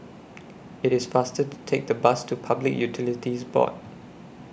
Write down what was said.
IT IS faster to Take The Bus to Public Utilities Board